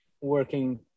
working